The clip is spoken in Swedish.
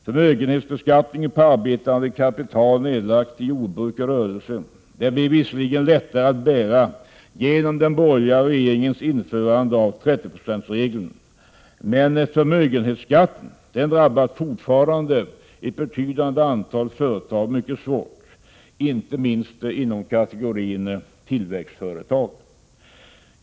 Förmögenhetsbeskattningen på arbetande kapital nedlagt i jordbruk och rörelse blev visserligen lättare att bära genom den borgerliga regeringens införande av 30-procentsregeln, men förmögenhetsskatten drabbar fortfarande ett betydande antal företag mycket svårt, inte minst inom kategorin tillväxtföretag.